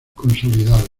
consolidado